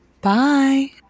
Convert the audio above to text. bye